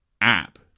app